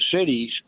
cities